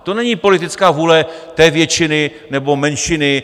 To není politická vůle té většiny nebo menšiny.